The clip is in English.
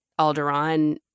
Alderaan